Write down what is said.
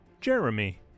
Jeremy